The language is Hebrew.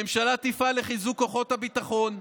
הממשלה תפעל לחיזוק כוחות הביטחון,